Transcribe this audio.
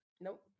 Nope